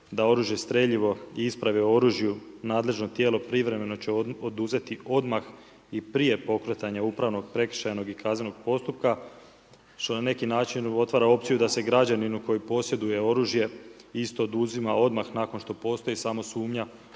da oružje, streljivo i isprave o oružju nadležno tijelo privremeno će oduzeti odmah i prije pokretanja upravnog i prekršajnog i kaznenog postupka, što na neki način otvara opciju da se građaninu koji posjeduje oružje isto oduzima odmah nakon što postoji samo sumnja